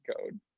code